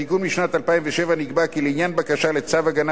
בתיקון משנת 2007 נקבע כי לעניין בקשה לצו הגנה